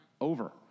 Over